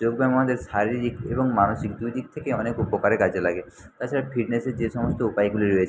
যোগব্যায়াম আমাদের শারীরিক এবং মানসিক দুই দিক থেকেই অনেক উপকারে কাজে লাগে তাছাড়া ফিটনেসের যে সমস্ত উপায়গুলি রয়েছে